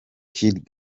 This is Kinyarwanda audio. kid